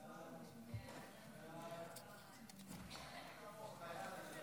סעיפים 1 2